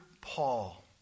Paul